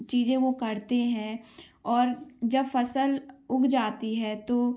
चीज़ें वह करते हैं और जब फ़सल उग जाती है तो